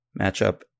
matchup